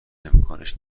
امکانش